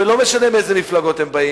ולא משנה מאילו מפלגות הם באים,